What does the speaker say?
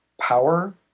power